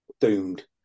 doomed